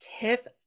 Tiff